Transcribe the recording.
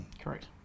Correct